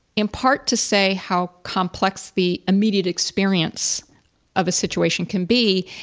in part, to say how complex the immediate experience of a situation can be,